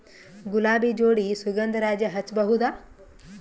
ಗುಲಾಬಿ ಜೋಡಿ ಸುಗಂಧರಾಜ ಹಚ್ಬಬಹುದ?